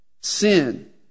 Sin